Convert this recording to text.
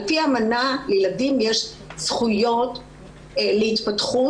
על-פי האמנה לילדים יש זכויות להתפתחות,